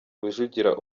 rujugira